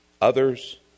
others